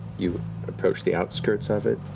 you approach the outskirts of it.